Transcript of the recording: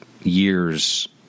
years